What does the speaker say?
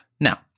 Now